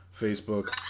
Facebook